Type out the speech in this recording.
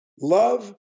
Love